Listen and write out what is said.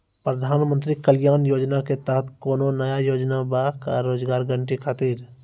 प्रधानमंत्री कल्याण योजना के तहत कोनो नया योजना बा का रोजगार गारंटी खातिर?